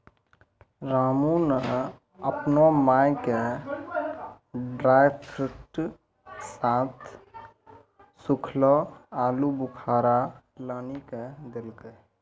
रामू नॅ आपनो माय के ड्रायफ्रूट साथं सूखलो आलूबुखारा लानी क देलकै